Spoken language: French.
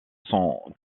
sont